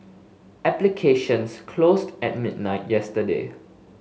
applications closed at midnight yesterday